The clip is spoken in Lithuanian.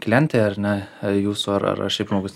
klientai ar ne jūsų ar ar šiaip žmogus